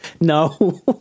No